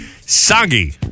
Soggy